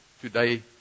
today